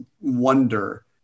wonder